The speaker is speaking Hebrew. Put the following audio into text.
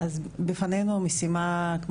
בפנינו משימה מאוד מאתגרת,